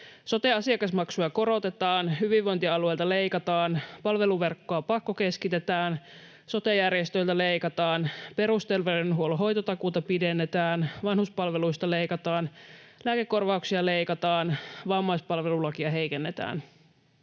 sote-asiakasmaksuja korotetaan, hyvinvointialueilta leikataan, palveluverkkoa pakkokeskitetään, sote-järjestöiltä leikataan, perusterveydenhuollon hoitotakuuta pidennetään, vanhuspalveluista leikataan, lääkekorvauksia leikataan, vammaispalvelulakia heikennetään.